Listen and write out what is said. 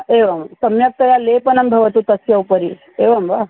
एवं सम्यक्तया लेपनं भवति तस्य उपरि एवं वा